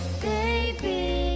baby